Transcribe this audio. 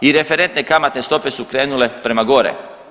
I referentne kamatne stope su krenule prema gore.